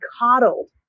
coddled